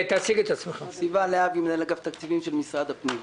אני מנהל אגף התקציבים של משרד הפנים.